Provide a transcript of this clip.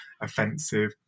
offensive